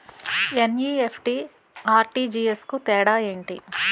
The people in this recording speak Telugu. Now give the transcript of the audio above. ఎన్.ఈ.ఎఫ్.టి, ఆర్.టి.జి.ఎస్ కు తేడా ఏంటి?